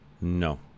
No